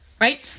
right